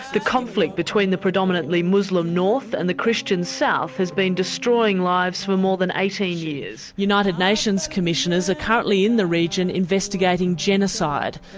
the conflict between the predominantly muslim north and the christian south has been destroying lives for more than eighteen years. united nations commissioners are ah currently in the region investigating genocide.